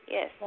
Yes